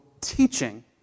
teaching